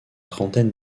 trentaine